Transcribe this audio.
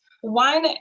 one